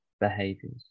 behaviors